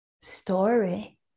story